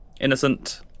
Innocent